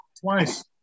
twice